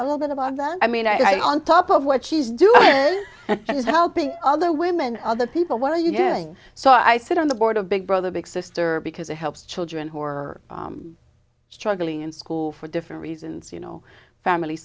a little bit about that i mean i on top of what she's doing and is helping other women other people what are you doing so i sit on the board of big brother big sister because it helps children who are struggling in school for different reasons you know family